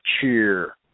Cheer